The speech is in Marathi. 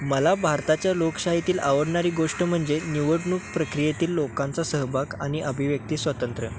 मला भारताच्या लोकशाहीतील आवडणारी गोष्ट म्हणजे निवडणूक प्रक्रियेतील लोकांचा सहभाग आणि अभिव्यक्ती स्वतंत्र